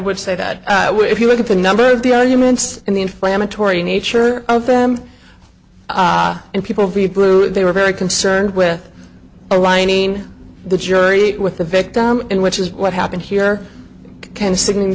would say that if you look at the number of the arguments and the inflammatory nature of them and people people who they were very concerned with aligning the jury with the victim in which is what happened here can si